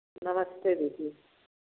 नमस्ते दीदी